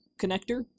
connector